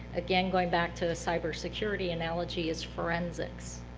again, going back to the cybersecurity analogy, is forensics.